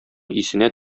исенә